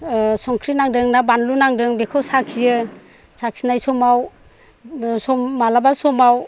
संख्रि नांदों ना बानलु नांदों बेखौ साखियो साखिनाय समाव माब्लाबा समाव